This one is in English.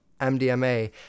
MDMA